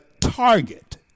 target